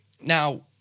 Now